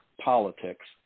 politics